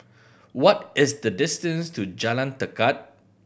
what is the distance to Jalan Tekad